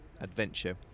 adventure